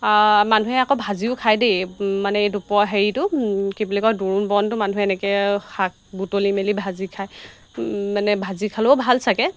মানুহে আকৌ ভাজিও খায় দেই মানে এই দুপৰ হেৰিটো কি বুলি কয় দোৰোণ বনটো মানুহে এনেকৈ শাক বুটলি মেলি ভাজি খায় মানে ভাজি খালেও ভাল চাগে